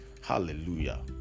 Hallelujah